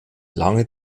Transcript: lange